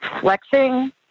flexing